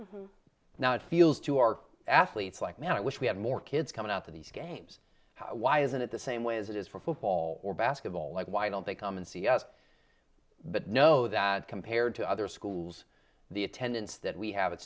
now it feels to our athletes like man i wish we had more kids coming out of these games why isn't it the same way as it is for football or basketball like why don't they come and see us but know that compared to other schools the attendance that we have a